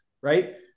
right